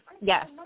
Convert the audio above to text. Yes